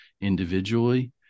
individually